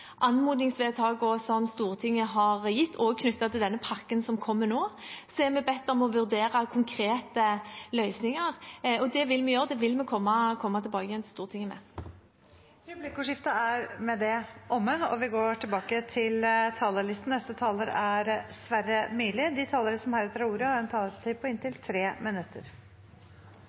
anmodningsvedtakene som Stortinget har gitt, også knyttet til denne pakken som kommer nå. Så er vi bedt om å vurdere konkrete løsninger. Det vil vi gjøre, det vil vi komme tilbake igjen til Stortinget med. Replikkordskiftet er dermed omme. De talere som heretter får ordet, har en taletid på inntil 3 minutter.